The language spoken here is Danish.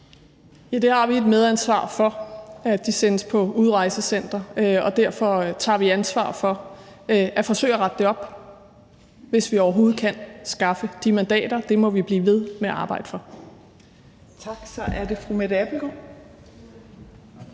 Ja, vi har et medansvar for, at de sendes på udrejsecenter. Derfor tager vi ansvar for at forsøge at rette det op, hvis vi overhovedet kan skaffe de mandater. Det må vi blive ved med at arbejde for.